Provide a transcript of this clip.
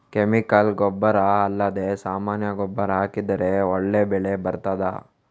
Chemical ಗೊಬ್ಬರ ಅಲ್ಲದೆ ಸಾಮಾನ್ಯ ಗೊಬ್ಬರ ಹಾಕಿದರೆ ಒಳ್ಳೆ ಬೆಳೆ ಬರ್ತದಾ?